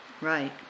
Right